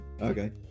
Okay